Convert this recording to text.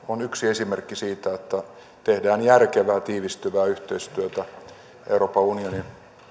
on yksi esimerkki siitä että tehdään järkevää tiivistyvää yhteistyötä euroopan unionin